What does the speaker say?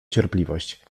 cierpliwość